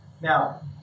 now